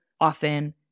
often